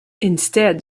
instead